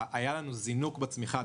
היה לנו זינוק בצמיחה.